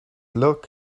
look